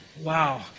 Wow